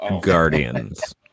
Guardians